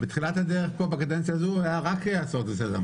בתחילת הדרך פה בקדנציה הזו, היו רק הצעות לסדר.